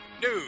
news